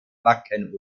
wacken